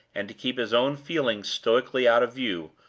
and to keep his own feelings stoically out of view,